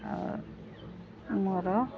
ଆଉ ମୋର